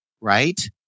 right